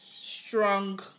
strong